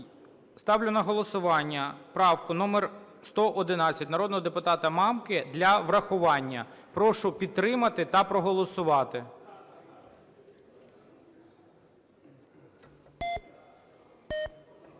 ставлю на голосування правку номер 111 народного депутата Мамки для врахування. Прошу підтримати та проголосувати.